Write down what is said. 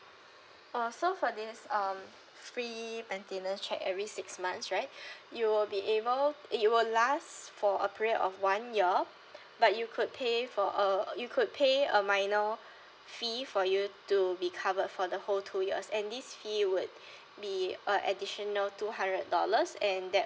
oh so for this um free maintenance check every six months right you will be able it will last for a period of one year but you could pay for a you could pay a minor fee for you to be covered for the whole two years and this fee would be uh additional two hundred dollars and that